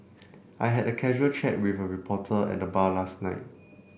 I had a casual chat with a reporter at the bar last night